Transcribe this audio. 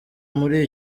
muri